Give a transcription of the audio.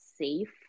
safe